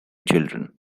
children